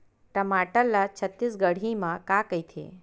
टमाटर ला छत्तीसगढ़ी मा का कइथे?